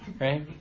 right